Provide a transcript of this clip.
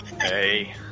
Hey